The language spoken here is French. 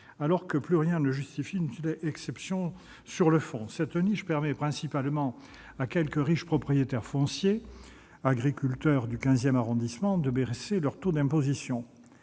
1930 : plus rien ne justifie une telle exception sur le fond. Cette niche permet principalement à quelques riches propriétaires fonciers, « agriculteurs du XVI arrondissement », de réduire leur taux d'imposition.